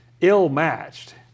ill-matched